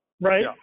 right